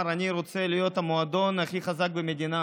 הוא בא ואמר: אני רוצה להיות המועדון הכי חזק במדינה.